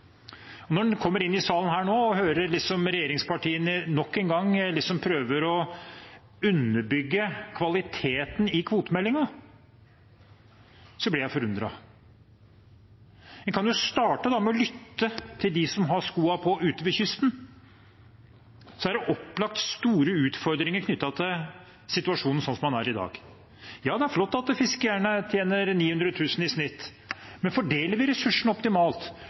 Når jeg kommer inn i salen her nå og hører regjeringspartiene nok en gang prøve å underbygge kvaliteten i kvotemeldingen, blir jeg forundret. En kan starte med å lytte til dem som har skoene på, ute ved kysten. Det er opplagt store utfordringer knyttet til situasjonen slik den er i dag. Ja, det er flott at fiskerne tjener 900 000 kr i snitt. Men fordeler vi ressursene optimalt?